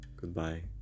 Goodbye